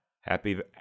Happy